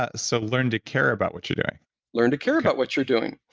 ah so learn to care about what you're doing learn to care about what you're doing.